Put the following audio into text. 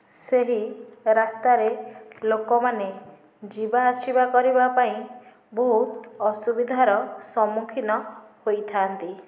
ସେହି ରାସ୍ତାରେ ଲୋକମାନେ ଯିବାଆସିବା କରିବାପାଇଁ ବହୁତ ଅସୁବିଧାର ସମ୍ମୁଖୀନ ହୋଇଥାଆନ୍ତି